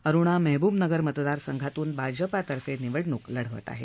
अरुणा मेहबूबनगर मतदारसंघातून भाजपातर्फे निवडणूक लढवत आहे